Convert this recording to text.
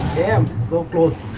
am so close